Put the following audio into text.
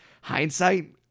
hindsight